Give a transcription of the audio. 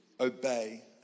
obey